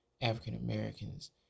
African-Americans